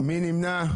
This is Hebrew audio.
מי נמנע?